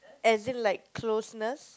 as in like closeness